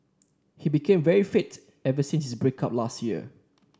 he became very fit ever since his break up last year